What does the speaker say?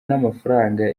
n’amafaranga